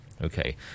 Okay